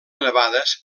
elevades